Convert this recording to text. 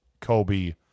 Kobe